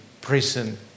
prison